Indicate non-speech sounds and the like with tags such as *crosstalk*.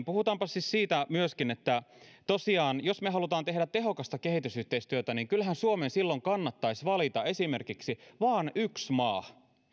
*unintelligible* puhutaanpas myöskin siitä että jos me tosiaan haluamme tehdä tehokasta kehitysyhteistyötä niin kyllähän suomen silloin kannattaisi valita esimerkiksi vain yksi maa